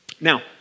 Now